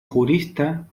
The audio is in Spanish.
jurista